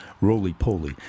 roly-poly